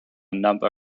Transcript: number